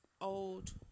old